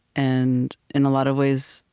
and in a lot of ways,